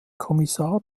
kommissar